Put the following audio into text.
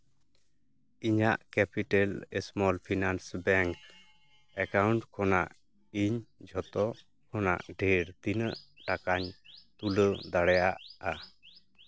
ᱤᱧᱟᱹᱜ Capital Small Finance Bank account ᱠᱷᱚᱱᱟᱜ ᱤᱧ ᱡᱷᱚᱛᱚ ᱠᱷᱚᱱᱟᱜ ᱰᱷᱮᱨ ᱛᱤᱱᱟᱹᱜ ᱴᱟᱠᱟᱧ ᱛᱩᱞᱟᱹᱣ ᱫᱟᱲᱮᱭᱟᱜᱼᱟ